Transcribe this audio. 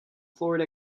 florida